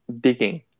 digging